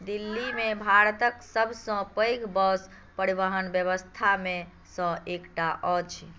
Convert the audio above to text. दिल्लीमे भारतक सबसँ पैघ बस परिवहन व्यवस्थामे सँ एकटा अछि